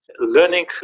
Learning